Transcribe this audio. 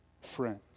friends